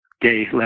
gay